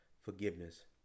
forgiveness